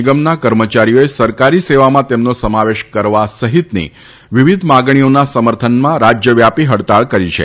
નિગમના કર્મચારીઓએ સરકારી સેવામાં તેમનો સમાવેશ કરવા સહિતની વિવિધ માંગણીઓના સમર્થનમાં રાજ્યવ્યાપી હડતાળ કરી છે